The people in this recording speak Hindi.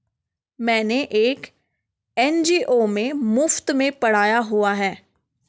मैंने एक एन.जी.ओ में मुफ़्त में पढ़ाया हुआ है